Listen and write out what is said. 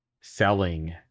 selling